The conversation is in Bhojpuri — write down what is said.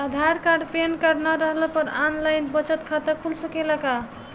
आधार कार्ड पेनकार्ड न रहला पर आन लाइन बचत खाता खुल सकेला का?